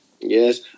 Yes